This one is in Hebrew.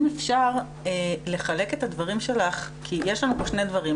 אם אפשר לחלק את הדברים שלך כי יש לנו פה שני דברים.